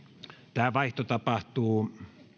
tämä vaihto tapahtuu